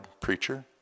preacher